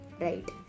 Right